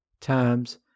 times